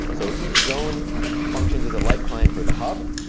so each zone functions as a light client for the hub,